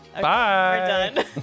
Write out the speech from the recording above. Bye